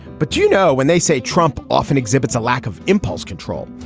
but you know, when they say trump often exhibits a lack of impulse control,